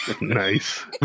Nice